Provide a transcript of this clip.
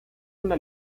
una